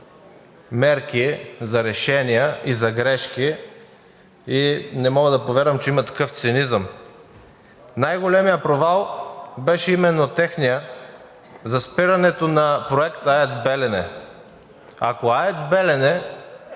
мерки, за решения и за грешки и не мога да повярвам, че има такъв цинизъм. Най-големият провал беше именно техният – за спирането на проекта АЕЦ „Белене“. Ако АЕЦ